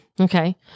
Okay